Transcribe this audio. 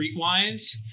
streetwise